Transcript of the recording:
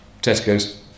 Tesco's